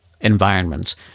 environments